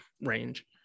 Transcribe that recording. range